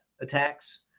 attacks